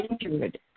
injured